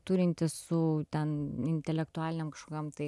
turintis su ten intelektualinėm kažkokiom tai